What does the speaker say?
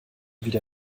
wieder